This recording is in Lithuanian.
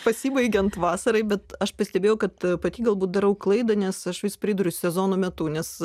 pasibaigiant vasarai bet aš pastebėjau kad pati galbūt darau klaidą nes aš vis priduriu sezono metu nes